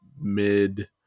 mid